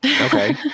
Okay